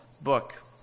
book